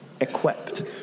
equipped